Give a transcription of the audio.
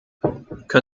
könnte